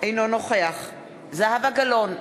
אינו נוכח זהבה גלאון,